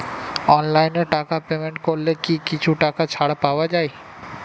অনলাইনে টাকা পেমেন্ট করলে কি কিছু টাকা ছাড় পাওয়া যায়?